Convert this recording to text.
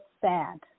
sad